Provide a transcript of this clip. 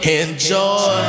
enjoy